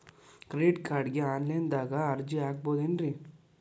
Credit ಕಾರ್ಡ್ಗೆ online ದಾಗ ಅರ್ಜಿ ಹಾಕ್ಬಹುದೇನ್ರಿ?